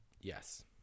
Yes